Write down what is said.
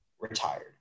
retired